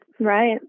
Right